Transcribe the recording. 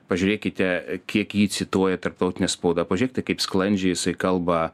pažiūrėkite kiek jį cituoja tarptautinė spauda pažiūrėkite kaip sklandžiai jisai kalba